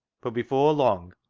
but before long,